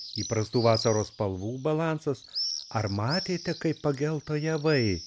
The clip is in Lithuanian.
įprastų vasaros spalvų balansas ar matėte kaip pagelto javai